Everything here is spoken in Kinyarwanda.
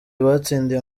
batsindiye